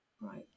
Right